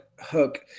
hook